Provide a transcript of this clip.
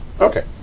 Okay